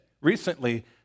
recently